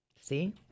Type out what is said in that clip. See